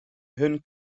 hun